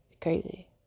Crazy